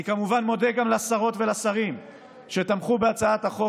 אני כמובן מודה גם לשרות ולשרים שתמכו בהצעת החוק